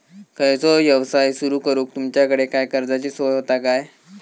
खयचो यवसाय सुरू करूक तुमच्याकडे काय कर्जाची सोय होता काय?